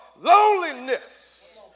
loneliness